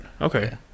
Okay